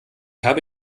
habe